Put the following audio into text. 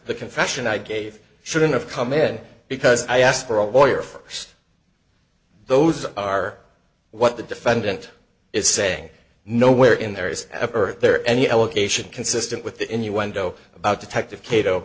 the confession i gave shouldn't have come in because i asked for a lawyer first those are what the defendant is saying nowhere in there is ever there any allegation consistent with the innuendo about detective kato